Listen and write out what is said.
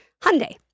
Hyundai